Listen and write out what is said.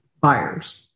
buyers